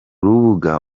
rubuga